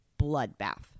bloodbath